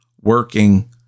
working